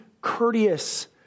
courteous